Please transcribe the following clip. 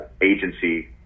agency